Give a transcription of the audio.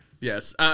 Yes